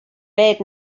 bed